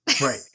right